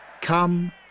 come